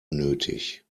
nötig